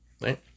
Right